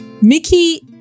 Mickey